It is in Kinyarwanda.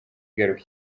igaruka